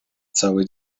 cały